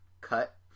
cut